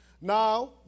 Now